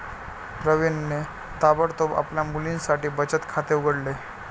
प्रवीणने ताबडतोब आपल्या मुलीसाठी बचत खाते उघडले